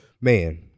man